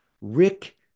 Rick